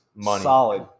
solid